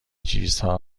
چیزها